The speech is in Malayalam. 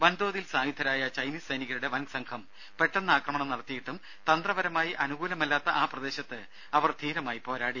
വൻതോതിൽ സായുധരായ ചൈനീസ് സൈനികരുടെ വൻ സംഘം പെട്ടെന്ന് ആക്രമണം നടത്തിയിട്ടും തന്ത്രപരമായി അനുകൂലമല്ലാത്ത ആ പ്രദേശത്ത് അവർ ധീരമായി പോരാടി